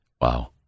Wow